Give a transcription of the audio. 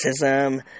racism